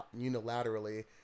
unilaterally